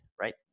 right